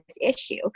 issue